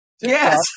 Yes